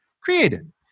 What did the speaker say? created